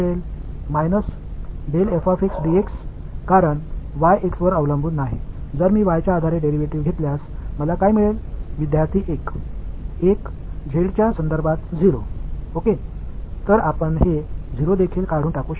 யாழ் y ஐப் பொறுத்தவரை நான் டிரைவேடிவ் எடுத்துக் கொண்டால் y x ஐ சார்ந்து இல்லை எனக்கு என்ன கிடைக்கும்